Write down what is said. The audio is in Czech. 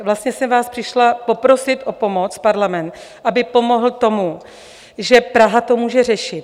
Vlastně jsem vás přišla poprosit o pomoc, parlament, aby pomohl tomu, že Praha to může řešit.